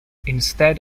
instead